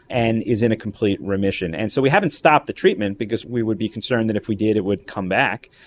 and is in a complete remission. and so we haven't stopped the treatment because we would be concerned that if we did it would come back,